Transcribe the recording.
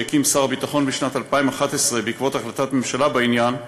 שהקים שר הביטחון בשנת 2011 בעקבות החלטת הממשלה בעניין,